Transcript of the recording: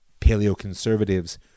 paleoconservatives